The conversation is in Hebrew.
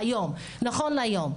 נכון להיום.